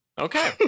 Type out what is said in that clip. Okay